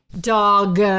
Dog